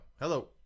Hello